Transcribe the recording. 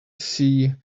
see